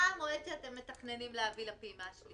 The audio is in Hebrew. מה המועד שאתם מתכננים להביא לפעימה השלישית?